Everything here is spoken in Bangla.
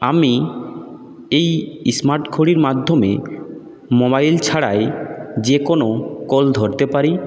আমি এই স্মার্ট ঘড়ির মাধ্যমে মোবাইল ছাড়াই যে কোনো কল ধরতে পারি